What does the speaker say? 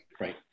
right